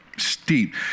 Steep